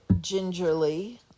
gingerly